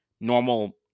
normal